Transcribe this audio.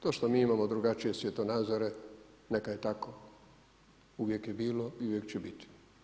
To što mi imamo drugačije svjetonazore, neka je tako, uvijek je bilo i uvijek će biti.